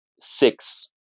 six